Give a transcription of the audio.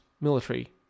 military